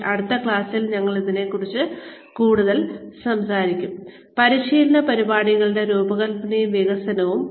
പക്ഷേ അടുത്ത ക്ലാസ്സിൽ ഞങ്ങൾ ഇതിനെക്കുറിച്ച് കൂടുതൽ സംസാരിക്കും പരിശീലന പരിപാടികളുടെ രൂപകൽപ്പനയും വികസനവും